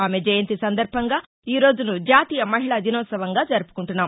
ఆమె జయంతి సందర్భంగా ఈ రోజును జాతీయ మహిళా దినోత్సవంగా జరుపుకుంటున్నాం